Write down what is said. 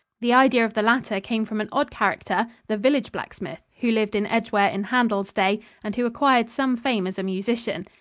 the idea of the latter came from an odd character, the village blacksmith, who lived in edgeware in handel's day and who acquired some fame as a musician.